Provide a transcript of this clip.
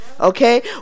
Okay